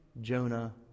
Jonah